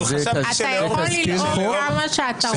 אבל חשבתי שלאור --- אתה יכול ללעוג כמה שאתה רוצה,